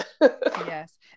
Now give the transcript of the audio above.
yes